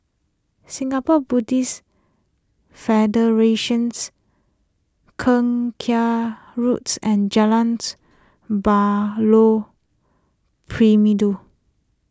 Singapore Buddhist Federation's Keong Saik Roads and Jalan's Buloh Perindu